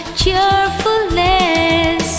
cheerfulness